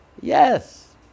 Yes